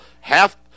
Half